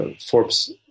Forbes